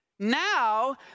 Now